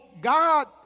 God